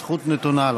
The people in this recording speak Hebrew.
הזכות נתונה לו.